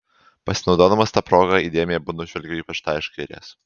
pasinaudodamas ta proga įdėmiai abu nužvelgiau ypač tą iš kairės